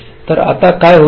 तर आता काय होईल